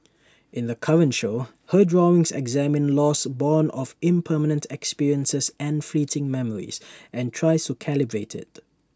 in the current show her drawings examine loss borne of impermanent experiences and fleeting memories and tries to calibrate IT